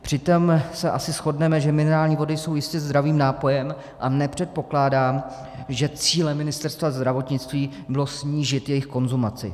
Přitom se asi shodneme, že minerální vody jsou jistě zdravým nápojem, a nepředpokládám, že cílem Ministerstva zdravotnictví bylo snížit jejich konzumaci.